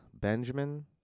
Benjamin